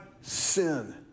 sin